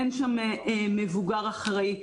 אין שם מבוגר אחראי.